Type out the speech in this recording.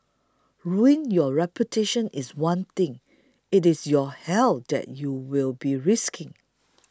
ruining your reputation is one thing it is your health that you will be risking